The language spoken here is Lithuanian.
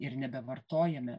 ir nebevartojame